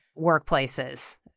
workplaces